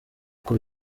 uko